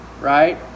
right